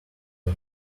way